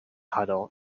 huddle